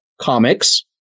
comics